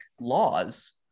laws